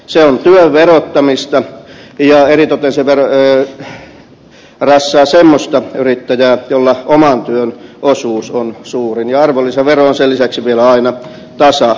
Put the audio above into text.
se on työn verottamista ja eritoten se rassaa semmoista yrittäjää jolla oman työn osuus on suuri ja arvonlisävero on sen lisäksi vielä aina tasavero